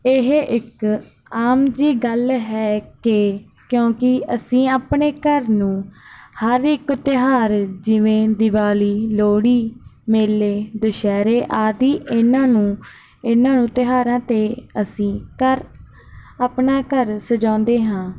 ਇਹ ਇੱਕ ਆਮ ਜਿਹੀ ਗੱਲ ਹੈ ਕਿ ਕਿਉਂਕਿ ਅਸੀਂ ਆਪਣੇ ਘਰ ਨੂੰ ਹਰ ਇੱਕ ਤਿਉਹਾਰ ਜਿਵੇਂ ਦਿਵਾਲੀ ਲੋਹੜੀ ਮੇਲੇ ਦੁਸਹਿਰੇ ਆਦਿ ਇਨ੍ਹਾਂ ਨੂੰ ਇਨ੍ਹਾਂ ਨੂੰ ਤਿਉਹਾਰਾਂ 'ਤੇ ਅਸੀਂ ਘਰ ਆਪਣਾ ਘਰ ਸਜਾਉਂਦੇ ਹਾਂ